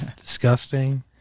disgusting